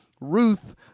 Ruth